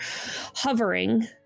hovering